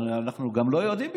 ואנחנו גם לא יודעים בדיוק,